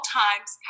times